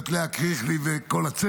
מנהלת הוועדה, הגברת לאה קריכלי ולכל הצוות,